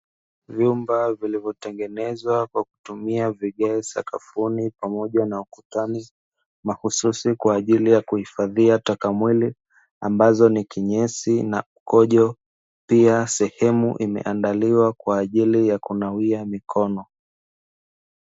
Vyumba vilivyotengenezwa kwa kutumia vigae sakafuni pamoja na ukutani mahsusi kwaajili ya kuhifadhia taka mwili ambazo ni kinyesi na mkojo. Pia sehemu imeandaliwa kwaajli ya kunawia mikono.